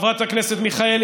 חברת הכנסת מיכאלי,